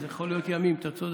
יכול להיות ימים, אתה צודק.